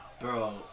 Bro